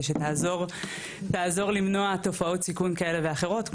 שתעזור תעזור למנוע תופעות סיכון כאלה ואחרות,